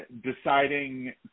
deciding